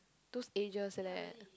tooth edges leh